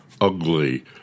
ugly